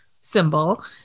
symbol